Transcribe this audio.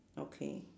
okay